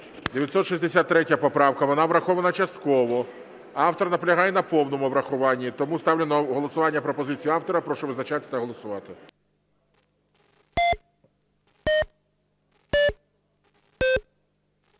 963 поправка. Вона врахована частково. Автор наполягає на повному врахуванні. Тому ставлю на голосування пропозицію автора. Прошу визначатися та голосувати.